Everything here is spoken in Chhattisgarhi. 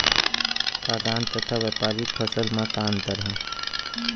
खाद्यान्न तथा व्यापारिक फसल मा का अंतर हे?